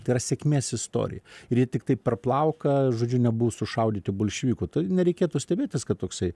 tai yra sėkmės istorija ir jie tiktai per plauką žodžiu nebuvo sušaudyti bolševikų tai nereikėtų stebėtis kad toksai